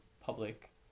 public